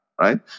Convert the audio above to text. right